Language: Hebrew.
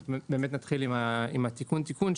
נתחיל עם (תיקון (תיקון)),